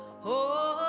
who